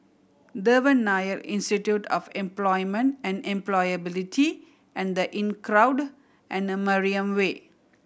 Devan Nair Institute of Employment and Employability and The Inncrowd and Mariam Way